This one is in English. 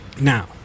Now